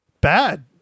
bad